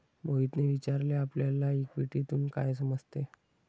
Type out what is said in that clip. मोहितने विचारले आपल्याला इक्विटीतून काय समजते?